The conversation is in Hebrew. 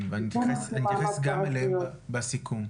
אני אתייחס גם אליהם בסיכום.